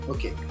Okay